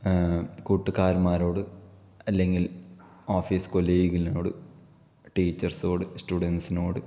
കാട്ടുകാരന്മാരോട് അല്ലെങ്കിൽ ഓഫീസ് കൊളീഗിനോട് ടീച്ചേർസിനോട് സ്റ്റുഡൻസിനോട്